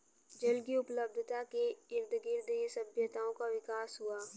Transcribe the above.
जल की उपलब्धता के इर्दगिर्द ही सभ्यताओं का विकास हुआ